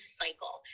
cycle